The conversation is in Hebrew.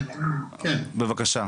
בבקשה.